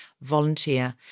volunteer